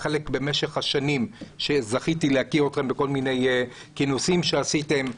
וחלק מכם זכיתי להכיר במשך השנים בכל מיני כינוסים שעשיתם.